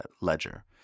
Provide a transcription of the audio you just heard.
ledger